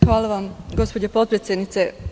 Hvala vam, gospođo potpredsednice.